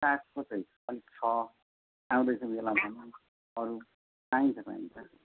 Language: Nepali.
सागको चाहिँ अलिक छ आउँदैछ बेला भनौँ अरू पाइन्छ पाइन्छ